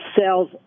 sells